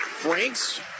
Franks